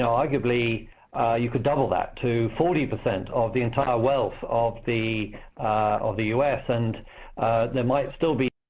arguably you could double that to forty percent of the entire wealth of the of the u s, and there might still be.